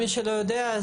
למי שלא יודע,